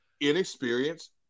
inexperienced